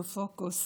בפוקוס,